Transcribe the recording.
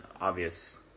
obvious